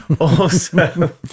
Awesome